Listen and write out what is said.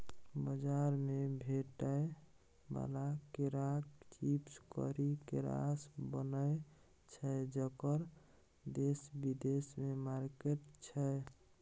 बजार मे भेटै बला केराक चिप्स करी केरासँ बनय छै जकर देश बिदेशमे मार्केट छै